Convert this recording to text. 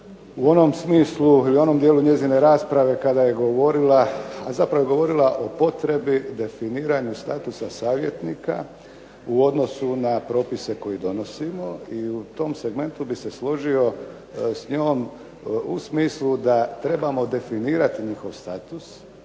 u onom smislu ili onom dijelu njezine rasprave kada je govorila, a zapravo je govorila o potrebi definiranju statusa savjetnika u odnosu na propise koje donosimo i u tom segmentu bi se složio s njom u smislu da trebamo definirati njihov status,